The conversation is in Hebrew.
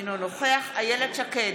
אינו נוכח איילת שקד,